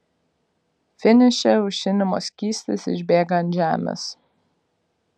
finiše aušinimo skystis išbėga ant žemės